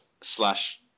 slash